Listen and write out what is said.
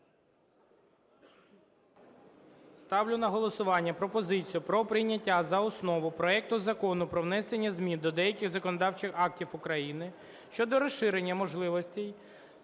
Ставлю на голосування пропозицію про прийняття за основу проекту Закону про внесення змін до деяких законодавчих актів України щодо розширення можливостей